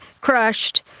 Crushed